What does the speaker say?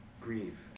Grieve